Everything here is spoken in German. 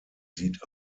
sieht